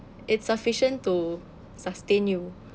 it's sufficient to sustain you